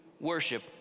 worship